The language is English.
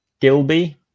Gilby